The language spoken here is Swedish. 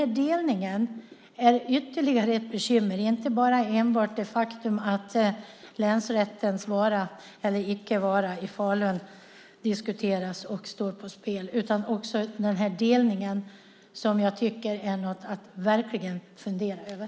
Delningen är ytterligare ett bekymmer. Inte enbart det faktum att länsrätten i Faluns vara eller icke vara diskuteras och står på spel, utan också delningen tycker jag är något att verkligen fundera över.